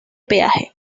peaje